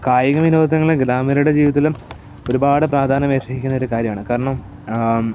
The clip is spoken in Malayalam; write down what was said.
കായിക വിനോദങ്ങൾ ഗ്രാമീണരുടെ ജീവിതത്തിലും ഒരുപാട് പ്രാധാന്യം അർഹിക്കുന്നൊരു കാര്യമാണ് കാരണം